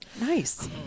Nice